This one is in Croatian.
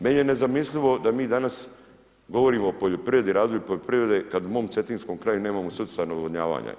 Meni je nezamislivo da mi danas govorimo o poljoprivredi, razvoju poljoprivrede, kad u momom cetinskom kraju nemamo sustav navodnjavanja.